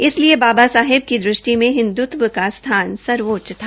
इसलिए बाबा साहेब की दृष्टि में हिन्दुतव का स्थान सर्वोच्च था